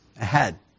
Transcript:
ahead